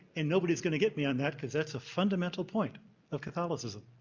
and nobody is going to get me on that because that's a fundamental point of catholicism.